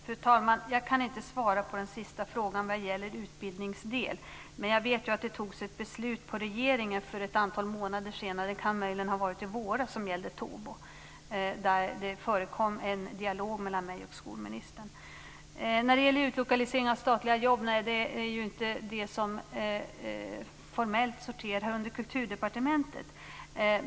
Fru talman! Jag kan inte svara på den sista frågan vad gäller utbildningsmedel. Men jag vet att det fattades ett beslut i regeringen för ett antal månader sedan, möjligen i våras, som gällde Tobo och där det förekom en dialog mellan mig och skolministern. När det gäller utlokaliseringen av statliga jobb sorterar ju detta formellt inte under Kulturdepartementet.